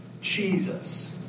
Jesus